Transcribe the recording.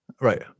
Right